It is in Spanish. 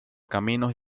caminos